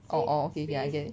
orh orh okay I get it